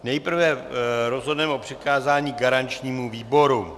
Nejprve rozhodneme o přikázání garančnímu výboru.